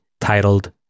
titled